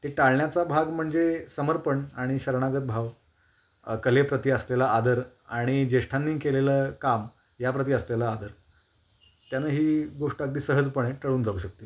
ते टाळण्याचा भाग म्हणजे समर्पण आणि शरणागत भाव कलेप्रती असलेला आदर आणि ज्येष्ठांनी केलेलं काम याप्रती असलेला आदर त्यानं ही गोष्ट अगदी सहजपणे टळून जाऊ शकते